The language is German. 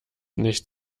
nicht